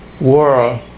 world